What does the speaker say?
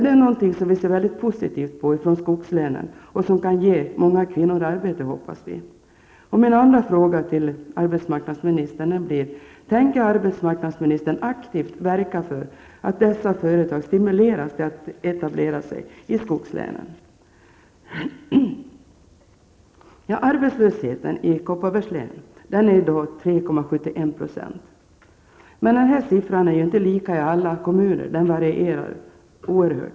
Det är något som vi ser mycket positivt på från skogslänen, och vi hoppas att det kan ge många kvinnor arbete. Min andra fråga till arbetsmarknadsminstern blir: Tänker arbetsmarknadsministern aktivt verka för att dessa företag stimuleras till att etablera sig i skogslänen? Men siffran är inte lika hög i alla kommuner, utan den varierar oerhört.